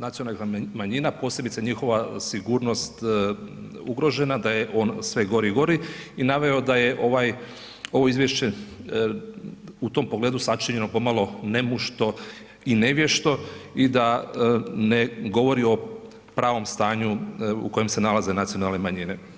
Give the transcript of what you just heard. nacionalnih manjina, posebice njihova sigurnost ugrožena, da je on sve gori i gori, i naveo da je, ovaj, ovo Izvješće u tom pogledu sačinjeno pomalo nemušto i nevješto i da ne govori o pravom stanju u kojem se nalaze nacionalne manjine.